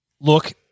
Look